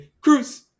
cruz